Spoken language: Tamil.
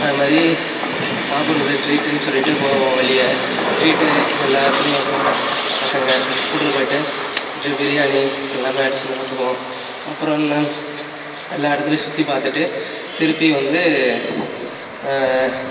அது மாதிரி சாப்பிட்றது ட்ரீட்டுன்னு சொல்லிட்டு போவோம் வெளியே ட்ரீட்டு எல்லாத்துலேயும் வைப்பாங்க பசங்க கூட்டு போயிட்டு பிரியாணி எல்லாமே அடித்து நகத்துவோம் அப்புறம் என்ன எல்லா இடத்துலையும் சுற்றி பார்த்துட்டு திருப்பி வந்து